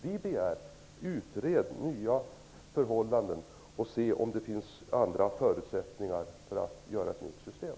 Vi begär att man skall utreda nya förhållanden och se om det finns andra förutsättningar för att göra ett nytt system.